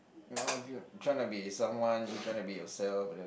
no ju~ trying to be someone trying to be yourself